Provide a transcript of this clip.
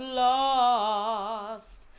lost